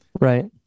Right